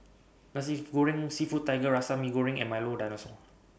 Nasi Goreng Seafood Tiga Rasa Mee Goreng and Milo Dinosaur